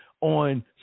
on